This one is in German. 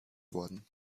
worden